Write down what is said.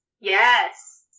Yes